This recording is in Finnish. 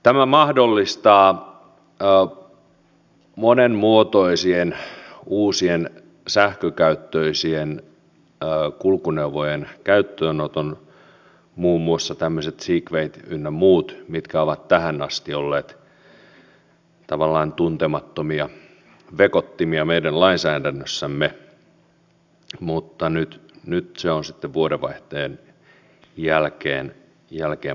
tämä mahdollistaa monenmuotoisien uusien sähkökäyttöisien kulkuneuvojen käyttöönoton muun muassa tämmöiset segwayt ynnä muut mitkä ovat tähän asti olleet tavallaan tuntemattomia vekottimia meidän lainsäädännössämme mutta nyt vuodenvaihteen jälkeen se on mahdollista